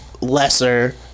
lesser